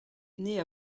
née